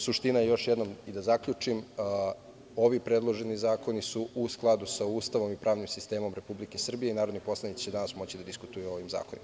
Suština je, još jednom, i da zaključim, ovi predloženi zakoni su u skladu sa Ustavom i pravnim sistemom Republike Srbije i narodni poslanici će danas moći danas da diskutuju o ovim zakonima.